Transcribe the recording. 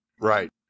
Right